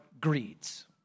greeds